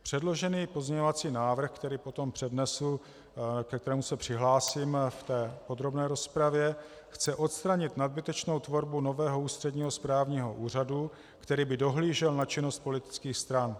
Předložený pozměňovací návrh, který potom přednesu, ke kterému se přihlásím v podrobné rozpravě, chce odstranit nadbytečnou tvorbu nového ústředního správního orgánu, který by dohlížel na činnost politických stran.